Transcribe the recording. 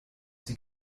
die